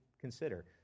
consider